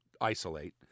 isolate